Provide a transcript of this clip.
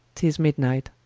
tis mid-night,